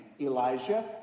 Elijah